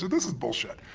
this is bullshit.